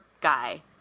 guy